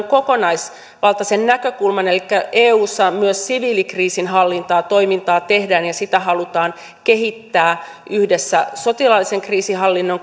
kokonaisvaltaisen näkökulman elikkä eussa myös siviilikriisinhallintatoimintaa tehdään ja sitä halutaan kehittää yhdessä sotilaallisen kriisinhallinnan